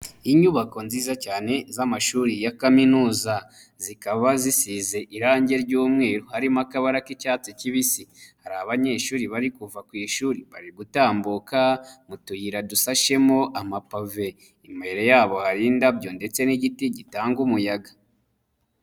Inyubako nziza cyane z'amashuri ya kaminuza, zikaba zisize irangi ry'umweru harimo akabara k'icyatsi kibisi, hari abanyeshuri bari kuva ku ishuri bari gutambuka mu tuyira dusashemo amapave, imbere yabo hari indabyo ndetse n'igiti gitanga umuyaga.